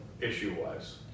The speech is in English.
issue-wise